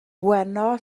beuno